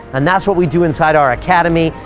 and that's what we do inside our academy.